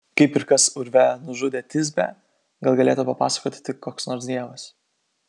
kaip ir kas urve nužudė tisbę gal galėtų papasakoti tik koks nors dievas